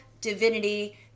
divinity